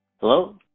Hello